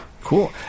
Cool